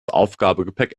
aufgabegepäck